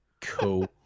Cool